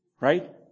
Right